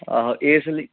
ਆਹੋ ਇਸ ਲਈ